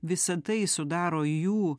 visa tai sudaro jų